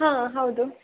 ಹಾಂ ಹೌದು